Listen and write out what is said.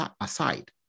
aside